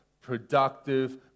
productive